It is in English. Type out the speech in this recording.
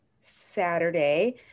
Saturday